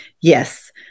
Yes